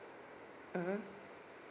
mmhmm